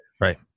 right